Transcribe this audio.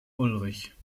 ulrich